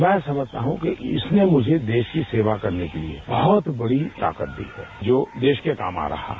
मैं समझता हूं कि इसने मुझे देश की सेवा करने के लिए बहुत बड़ी ताकत दी है जो देश के काम आ रहा है